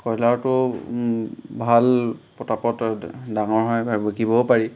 কইলাৰটো ভাল পতাপত ডাঙৰ হয় বা বিকিবও পাৰি